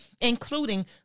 including